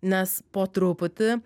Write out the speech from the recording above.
nes po truputį